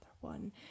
one